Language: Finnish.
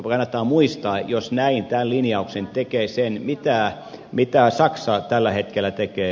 kannattaa muistaa jos näin tämän linjauksen tekee mitä saksa tällä hetkellä tekee